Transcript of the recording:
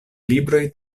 libroj